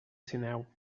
sineu